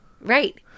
Right